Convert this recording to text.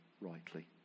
rightly